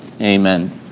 Amen